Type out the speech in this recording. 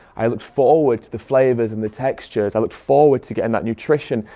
i looked forward to the flavors and the textures. i looked forward to getting that nutrition,